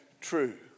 true